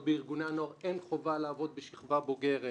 בארגוני הנוער אין חובה לעבוד בשכבה הבוגרת.